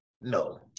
No